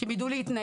שהם יידעו להתנהל.